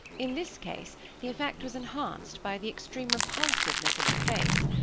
in this case the effect was enhanced by the extreme repulsiveness of the face,